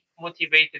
motivated